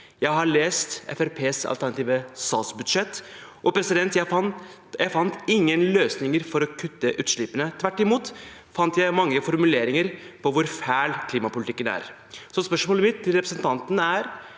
Fremskrittspartiets alternative statsbudsjett, og jeg fant ingen løsninger for å kutte utslippene. Tvert imot fant jeg mange formuleringer om hvor fæl klimapolitikken er. Spørsmålet mitt til representanten er: